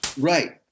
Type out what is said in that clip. Right